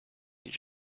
you